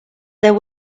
there